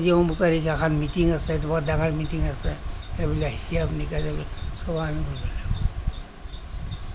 আজি অমুক তাৰিখে এখন মিটিং আছে বহুত ডাঙৰ এখন মিটিং আছে